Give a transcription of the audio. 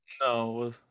No